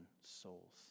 souls